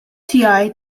tiegħi